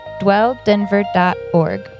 dwelldenver.org